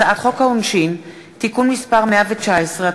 הצעת חוק העונשין (תיקון מס' 119),